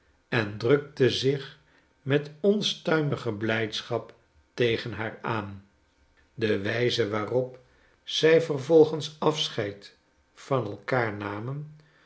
en drukte zich met onstuimige blijdschap tegen haar aan de wijze waarop zij vervolgens afscheid van elkaar namen